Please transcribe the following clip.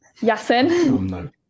Yasin